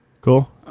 Cool